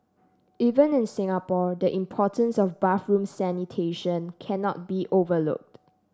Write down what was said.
even in Singapore the importance of bathroom sanitation cannot be overlooked